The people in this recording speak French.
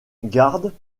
gardes